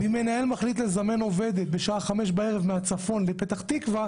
מנהל מחליט לזמן עובדת מהצפון לפתח-תקווה